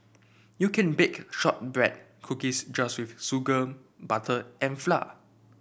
you can bake shortbread cookies just with sugar butter and flour